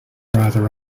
rather